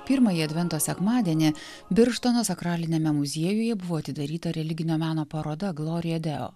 pirmąjį advento sekmadienį birštono sakraliniame muziejuje buvo atidaryta religinio meno paroda gloria deo